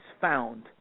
found